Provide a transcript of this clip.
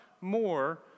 more